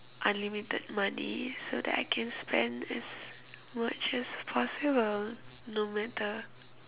unlimited money so that I can spend as much as possible no matter